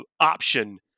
option